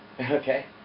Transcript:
Okay